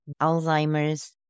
Alzheimer's